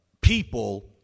people